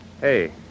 Hey